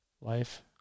life